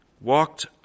walked